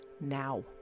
now